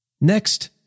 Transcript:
Next